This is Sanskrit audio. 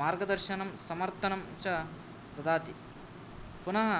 मार्गदर्शनं समर्थनं च ददाति पुनः